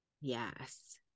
Yes